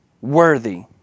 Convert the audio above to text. worthy